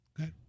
Okay